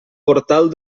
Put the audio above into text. portal